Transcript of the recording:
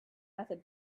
method